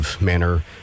Manner